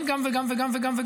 אין גם וגם וגם.